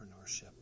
entrepreneurship